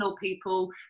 people